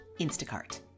Instacart